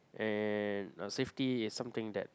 and uh safety is something that